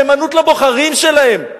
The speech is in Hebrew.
נאמנות לבוחרים שלהם.